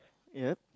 ya